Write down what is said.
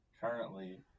Currently